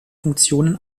funktionen